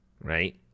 right